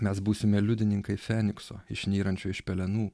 mes būsime liudininkai fenikso išnyrančio iš pelenų